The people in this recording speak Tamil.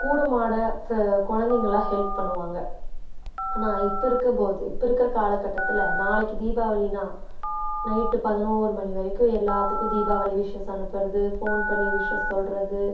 கூட மாட ஃப குழந்தைங்களாம் ஹெல்ப் பண்ணுவாங்க ஆனால் இப்போ இருக்கிற போது இப்போ இருக்கிற காலகட்டத்தில் நாளைக்கு தீபாவளினா நைட்டு பதினொரு மணி வரைக்கும் எல்லாத்துக்கும் தீபாவளி விஷ்ஷஸ் அனுப்புகிறது ஃபோன் பண்ணி விஷ்ஷஸ் சொல்கிறது